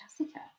Jessica